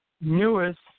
newest